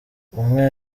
umwe